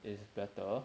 is better